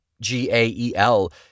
G-A-E-L